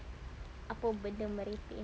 apa benda merepek